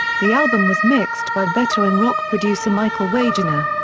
the album was mixed by veteran rock producer michael wagener.